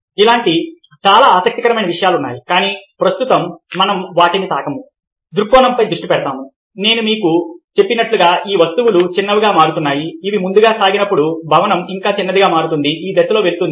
ఇలాంటి చాలా ఆసక్తికరమైన విషయాలు ఉన్నాయి కానీ ప్రస్తుతం మనం వాటిని తాకము దృక్కోణంపై దృష్టి పెడతాము నేను మీకు చెప్పినట్లుగా ఈ వస్తువులు చిన్నవిగా మారుతున్నాయి అవి ముందుకు సాగినప్పుడు భవనం ఇంకా చిన్నదిగా మారుతుంది ఈ దిశలో వెళుతుంది